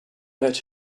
let